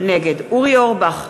נגד אורי אורבך,